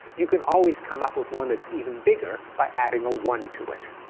you can always come up with one that's even bigger by adding a one to it.